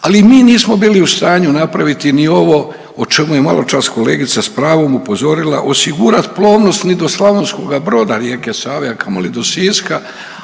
Ali mi nismo bili u stanju napraviti niti ovo o čemu je maločas kolegica s pravom upozorila, osigurati plovnost ni do Slavonskoga Broda rijeke Save, a kamoli do Siska,